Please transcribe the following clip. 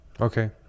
Okay